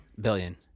Billion